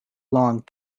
long